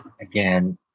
Again